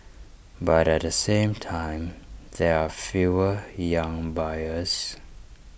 but at the same time there are fewer young buyers